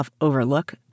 overlook